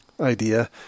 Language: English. idea